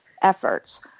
Efforts